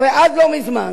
הרי עד לא מזמן,